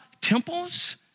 temples